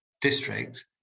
district